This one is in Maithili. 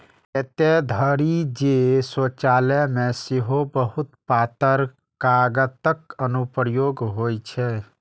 एतय धरि जे शौचालय मे सेहो बहुत पातर कागतक अनुप्रयोग होइ छै